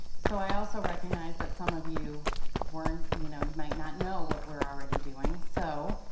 so i also recognize that some of you weren't you know you might not know what we're already doing so